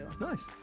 nice